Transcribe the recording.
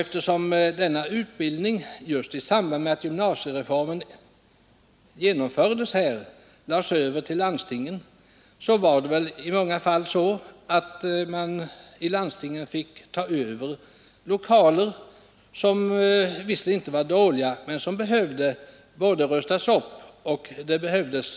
Eftersom denna utbildning lades över på landstingen just i samband med att gymnasiereformen genomfördes, fick väl dessa i många fall ta över lokaler, som visserligen inte var dåliga men som behövde både rustas upp och utökas.